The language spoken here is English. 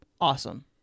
awesome